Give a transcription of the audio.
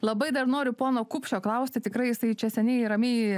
labai dar noriu pono kupšio klausti tikrai jisai čia seniai ramiai